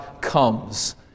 comes